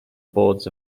boards